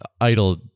idle